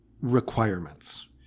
requirements